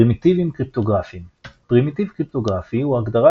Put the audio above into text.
פרימיטיבים קריפטוגרפיים פרימיטיב קריפטוגרפי הוא הגדרה